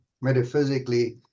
metaphysically